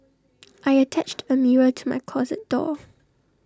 I attached A mirror to my closet door